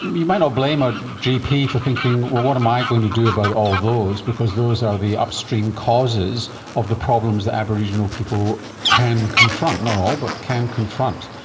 you might not blame a gp for thinking, well, what am i going to do about all those, because those are the upstream causes of the problems that aboriginal people can confront, not all, but can confront.